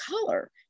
color